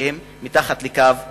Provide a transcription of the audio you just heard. שהם מתחת לקו העוני.